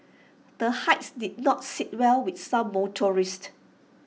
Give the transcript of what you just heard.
the hikes did not sit well with some motorists